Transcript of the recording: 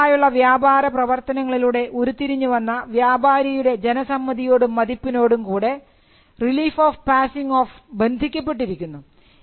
വർഷങ്ങളായുള്ള വ്യാപാര പ്രവർത്തനങ്ങളിലൂടെ ഉരുത്തിരിഞ്ഞുവന്ന വ്യാപാരിയുടെ ജനസമ്മതിയോടും മതിപ്പിനോടും കൂടെ റിലീഫ് ഓഫ് പാസിംഗ് ഓഫ് ബന്ധിക്കപ്പെട്ടിരിക്കുന്നു